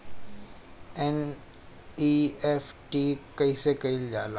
NEFT कइसे कइल जाला?